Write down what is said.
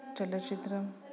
चलचित्रं